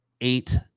eight